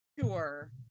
sure